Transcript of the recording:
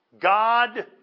God